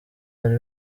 ari